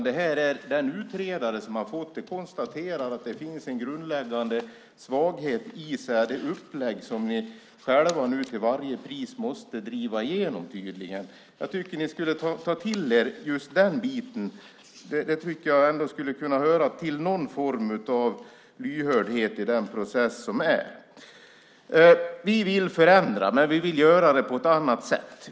Det är utredaren som konstaterar att det finns en grundläggande svaghet i det upplägg som ni själva nu till varje pris tydligen måste driva igenom. Jag tycker att ni ska ta till er den biten. Den borde höra till någon form av lyhördhet i processen. Vi vill förändra, men vi vill göra det på ett annat sätt.